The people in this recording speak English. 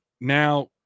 Now